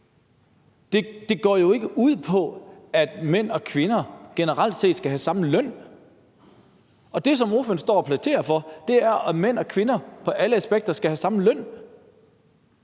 Det går jo ikke ud på, at mænd og kvinder generelt set skal have samme løn. Og det, som ordføreren står og plæderer for, er, at mænd og kvinder på alle aspekter skal have samme løn,